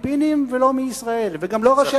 מהפיליפינים ולא מישראל, וגם לא ראשי הישיבות.